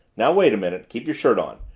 now wait a minute, keep your shirt on,